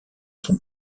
son